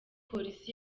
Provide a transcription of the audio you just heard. polisi